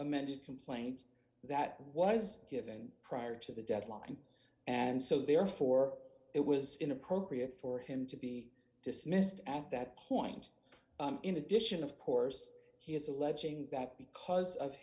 amended complaint that was given prior to the deadline and so therefore it was inappropriate for him to be dismissed at that point in addition of course d he is alleging that because of